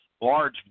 large